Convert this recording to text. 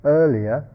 earlier